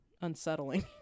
Unsettling